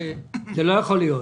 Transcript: זה לא יכול להיות.